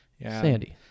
Sandy